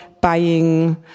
buying